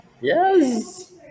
Yes